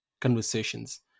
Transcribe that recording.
conversations